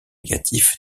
négatifs